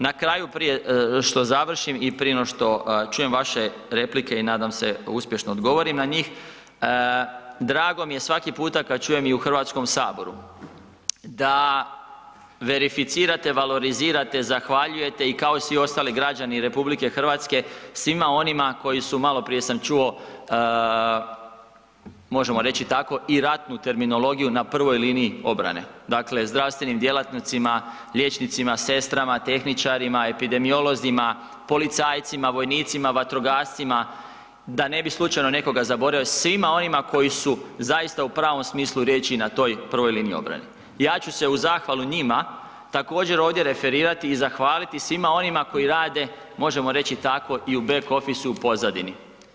Na kraju, prije što završim i prije no što čujem vaše replike i nadam se uspješno odgovorim a njih, drago mi je svaki puta kada čujem i u Hrvatskom saboru da verificirate, valorizirate i zahvaljujete i kao svih ostali građani RH, svima onima koji su maloprije sam čuo, možemo reći tako i ratnu terminologiju na prvoj liniji obrane, dakle zdravstvenim djelatnicima, liječnicima, sestrama, tehničarima, epidemiolozima, policajcima, vojnicima, vatrogascima, da ne bi slučajno nekog zaboravio, svima onima koji su zaista u pravom smislu riječi, na toj prvoj liniji obrane, ja ću se u zahvalu njima također ovdje referirati i zahvaliti svima onima koji rade možemo reći, tako i u back officeu, pozadini.